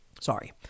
Sorry